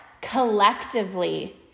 collectively